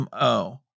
mo